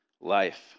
life